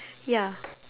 ya